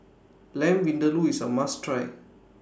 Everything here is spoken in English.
Lamb Vindaloo IS A must Try